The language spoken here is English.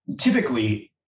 typically